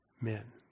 men